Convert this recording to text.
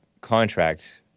contract